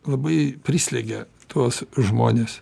labai prislegia tuos žmones